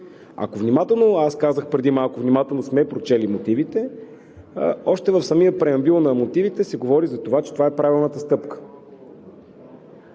Ако внимателно, а аз казах преди малко, че внимателно сме прочели мотивите, още в самия преамбюл на мотивите се говори за това, че това е правилната стъпка.